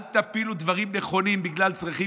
אל תפילו דברים נכונים בגלל צרכים